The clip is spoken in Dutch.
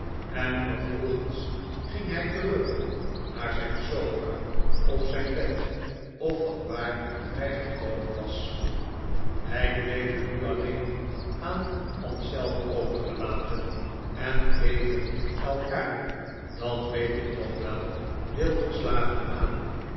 en vervolgens ging hij terug naar zijn sofa of zijn bed of vanwaar hij gekomen was wij bleven nu alleen aan ons zelf overgelaten en keken elkaar dat weet ik nog wel heel verslagen aan